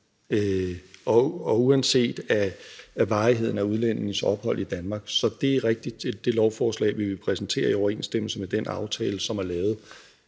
og uanset varigheden af udlændingens ophold i Danmark. Så det er rigtigt i forhold til det lovforslag, vi præsenterer i overensstemmelse med den aftale, som er lavet.